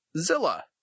Zilla